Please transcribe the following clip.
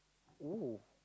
!wow!